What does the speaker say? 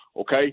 okay